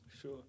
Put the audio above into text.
Sure